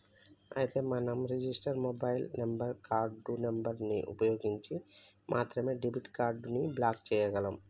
అయితే మనం register mobile number card number ని ఉపయోగించి మాత్రమే డెబిట్ కార్డు ని బ్లాక్ చేయగలం